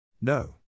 No